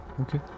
Okay